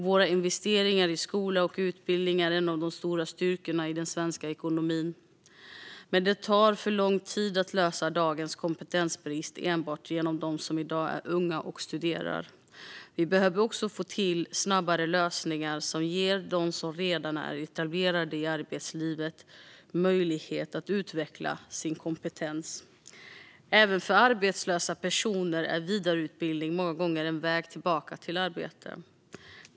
Våra investeringar i skola och utbildning är en av de stora styrkorna i den svenska ekonomin, men det tar för lång tid att lösa dagens kompetensbrist enbart genom dem som i dag är unga och studerar. Vi behöver också få till snabbare lösningar som ger dem som redan är etablerade i arbetslivet möjlighet att utveckla sin kompetens. Även för arbetslösa personer är vidareutbildning många gånger en väg tillbaka till arbete.